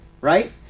right